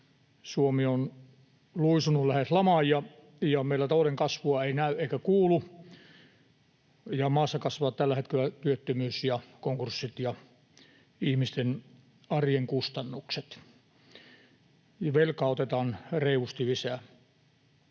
Suomi on luisunut lähes lamaan, meillä talouden kasvua ei näy eikä kuulu, maassa kasvavat tällä hetkellä työttömyys, konkurssit ja ihmisten arjen kustannukset, ja velkaa otetaan reilusti lisää.